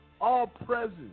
all-present